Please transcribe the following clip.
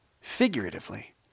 figuratively